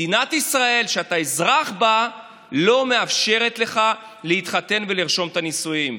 מדינת ישראל שאתה אזרח בה לא מאפשרת לך להתחתן ולרשום את הנישואים.